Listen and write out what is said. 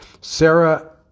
Sarah